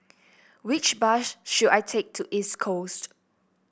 which bus should I take to East Coast